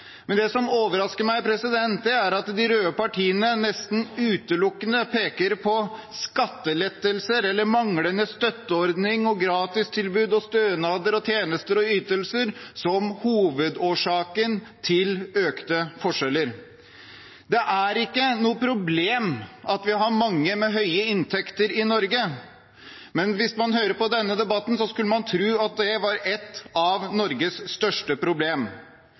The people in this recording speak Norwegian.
Men det som overrasker meg, er at de røde partiene nesten utelukkende peker på skattelettelser eller på manglende støtteordninger, gratistilbud, stønader, tjenester og ytelser som hovedårsaken til økte forskjeller. Det er ikke noe problem at vi har mange med høy inntekt i Norge, men hvis man hører på denne debatten, skulle man tro at det var et av Norges største